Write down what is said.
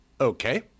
Okay